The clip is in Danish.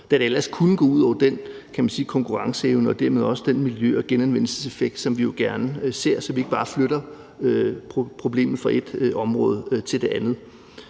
da det ellers kunne gå ud over den konkurrenceevne og dermed også den miljø- og genanvendelseseffekt, som vi jo gerne ser, så vi ikke flytter problemet fra et område til et andet.